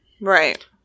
Right